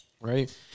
Right